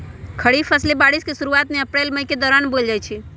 खरीफ फसलें बारिश के शुरूवात में अप्रैल मई के दौरान बोयल जाई छई